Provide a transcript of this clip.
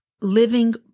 living